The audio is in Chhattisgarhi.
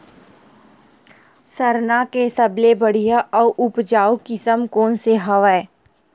सरना के सबले बढ़िया आऊ उपजाऊ किसम कोन से हवय?